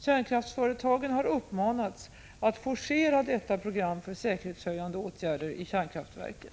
Kärnkraftsföretagen har uppmanats att forcera detta program för säkerhetshöjande åtgärder i kärnkraftverken.